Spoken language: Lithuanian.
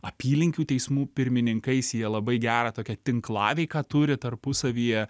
apylinkių teismų pirmininkais jie labai gerą tokią tinklaveiką turi tarpusavyje